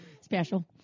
Special